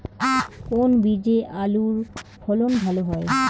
কোন বীজে আলুর ফলন ভালো হয়?